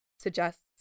suggests